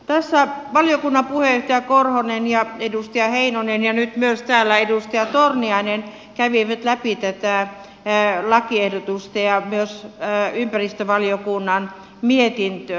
tässä valiokunnan puheenjohtaja korhonen ja edustaja heinonen ja nyt myös täällä edustaja torniainen kävivät läpi tätä lakiehdotusta ja myös ympäristövaliokunnan mietintöä